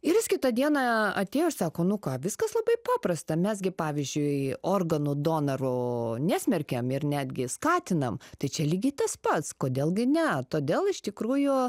ir jis kitą dieną atėjo ir sako nu ką viskas labai paprasta mes gi pavyzdžiui organų donoro nesmerkiam ir netgi skatinam tai čia lygiai tas pats kodėl gi ne todėl iš tikrųjų